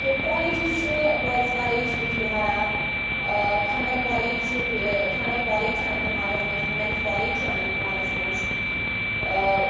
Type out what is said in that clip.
تہٕ کالیٚجز چھِ boys college Bijbehara ٲں کھنہٕ بل کالج چھُ بیٚیہِ ٲں کھنہٕ بل کالج چھُ اننت ناگَس مَنٛز وومیٚنٕز کالج چھُ اننت ناگَس مَنٛز ٲں